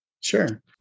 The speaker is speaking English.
Sure